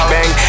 Bang